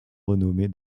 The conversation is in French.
renommée